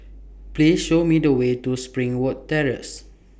Please Show Me The Way to Springwood Terrace